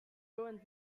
ruins